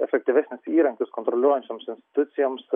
efektyvesnius įrankius kontroliuojančioms institucijoms